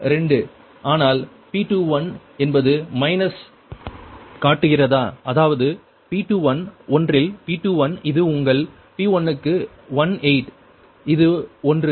2 ஆனால் P21 என்பது minus காட்டுகிறதா அதாவது P21 ஒன்றில் P21 இது உங்கள் P1 க்கு 1 8 இது ஒன்று 181